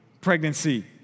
pregnancy